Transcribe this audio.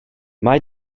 mae